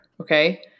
Okay